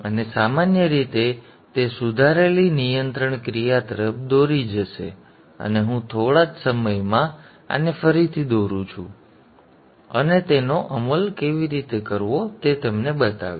અને સામાન્ય રીતે તે સુધારેલી નિયંત્રણ ક્રિયા તરફ દોરી જશે અને હું થોડા જ સમયમાં આને ફરીથી દોરું છું અને તેનો અમલ કેવી રીતે કરવો તે તમને બતાવીશ